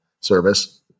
service